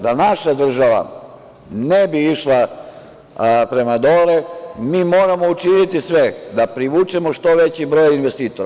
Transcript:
Da naša država ne bi išla prema dole, mi moramo učiniti sve da privučemo što veći broj investitora.